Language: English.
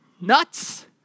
nuts